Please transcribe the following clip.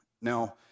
Now